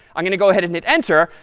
i'm going to go ahead and hit enter.